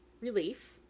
relief